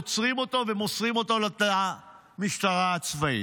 עוצרים אותו ומוסרים אותו למשטרה הצבאית.